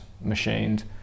machined